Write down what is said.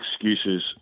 excuses